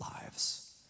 lives